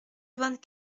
vingt